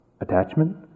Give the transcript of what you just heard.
attachment